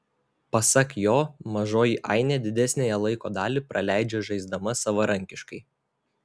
pasak jo mažoji ainė didesniąją laiko dalį praleidžia žaisdama savarankiškai